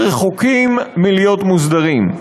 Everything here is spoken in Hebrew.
רחוקים מלהיות מוסדרים.